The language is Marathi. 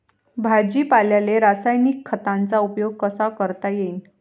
भाजीपाल्याले रासायनिक खतांचा उपयोग कसा करता येईन?